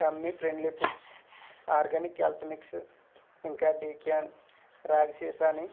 tummy friendly foods organic health mix ఇంకా డీక్యాన్ రాగి సీసాని